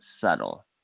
subtle